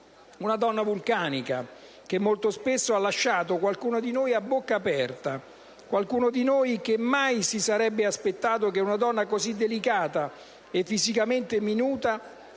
Una donna vulcanica che molto spesso ha lasciato qualcuno di noi a bocca aperta. Qualcuno di noi che mai si sarebbe aspettato che una donna così delicata e fisicamente minuta